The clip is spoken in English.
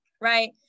Right